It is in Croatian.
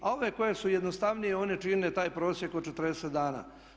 A ove koje su jednostavnije one čine taj prosjek od 40 dana.